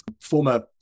former